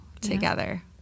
together